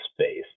space